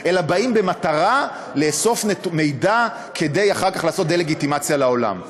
באים במטרה לאסוף מידע כדי אחר כך לעשות דה-לגיטימציה בעולם.